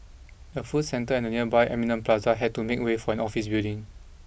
the food centre and the nearby Eminent Plaza had to make way for an office building